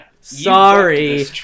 sorry